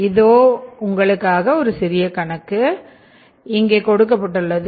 இதோ உங்களுக்காக ஒரு சிறிய கணக்கு இங்கே கொடுக்கப்பட்டுள்ளது